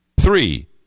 three